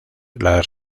las